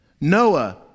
Noah